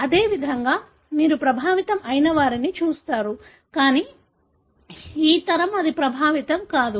అదేవిధంగా మీరు ప్రభావితం అయినవారిని చూస్తారు కానీ ఈ తరం అది ప్రభావితం కాదు